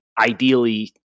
ideally